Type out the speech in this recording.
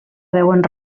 deuen